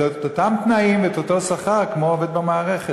את אותם תנאים ואת אותו שכר כמו עובד במערכת.